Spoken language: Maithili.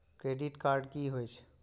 क्रेडिट कार्ड की होय छै?